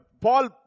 Paul